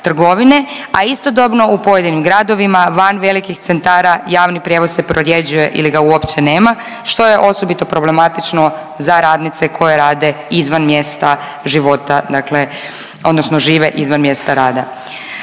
a istodobno u pojedinim gradovima van velikih centara javni prijevoz se prorjeđuje ili ga uopće nema, što je osobito problematično za radnice koje rade izvan mjesta života, dakle odnosno žive izvan mjesta rada.